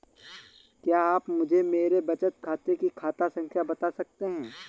क्या आप मुझे मेरे बचत खाते की खाता संख्या बता सकते हैं?